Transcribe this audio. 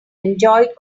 enjoyed